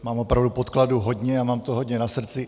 Mám opravdu podkladů hodně a mám toho hodně na srdci.